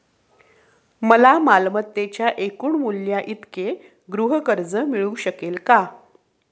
मला मालमत्तेच्या एकूण मूल्याइतके गृहकर्ज मिळू शकेल का?